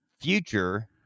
Future